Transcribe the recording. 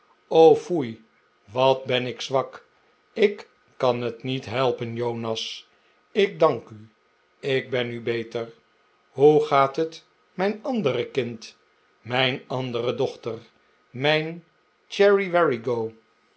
foei wat ben ik zwak ik kan het niet helpen jonas ik dank u ik ben nu beter hoe gaat het mijn andere kind mijn andere dochter mijn